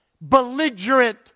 Belligerent